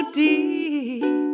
deep